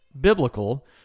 biblical